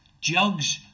jugs